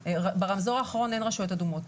ברמזור האחרון אין רשויות אדומות.